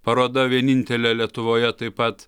paroda vienintelė lietuvoje taip pat